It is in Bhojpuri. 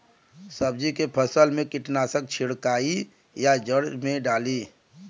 सब्जी के फसल मे कीटनाशक छिड़काई या जड़ मे डाली?